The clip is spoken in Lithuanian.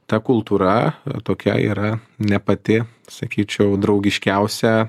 ta kultūra tokia yra ne pati sakyčiau draugiškiausia